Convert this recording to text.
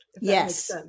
Yes